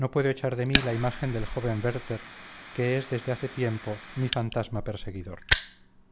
no puedo echar de mí la imagen del joven werther que es desde hace tiempo mi fantasma perseguidor